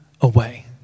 away